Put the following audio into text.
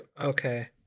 Okay